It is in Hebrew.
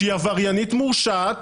שהיא עבריינית מורשעת,